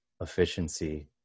efficiency